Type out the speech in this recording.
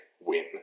win